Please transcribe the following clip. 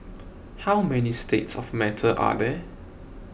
how many states of matter are there